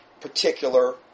particular